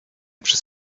przez